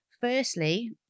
Firstly